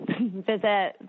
visit